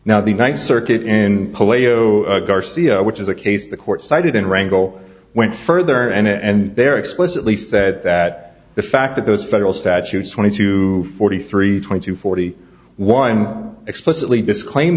now the ninth circuit in palaeo garcia which is a case the court cited in wrangel went further and there explicitly said that the fact that those federal statutes twenty two forty three twenty forty one explicitly disclaim